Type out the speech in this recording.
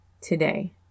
today